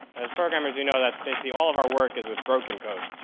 as programmers we know that basically all of our work is with broken code.